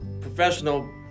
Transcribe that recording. professional